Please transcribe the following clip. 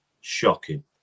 Shocking